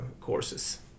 courses